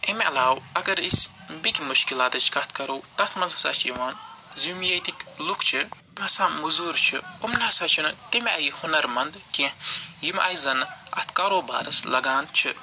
اَمہِ علاوٕ اگر أسۍ بیٚکہِ مُشکِلاتٕچ کَتھ کَرو تتھ منٛز ہَسا چھِ یِوان زِ یِم ییٚتِکۍ لُکھ چھِ مٔزوٗر چھِ یِمن ہَسا چھِنہٕ تَمہِ آیہِ ہُنر مند کیٚنٛہہ ییٚمہِ آے زن اتھ کاروبارس لگان چھِ